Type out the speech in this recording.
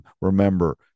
Remember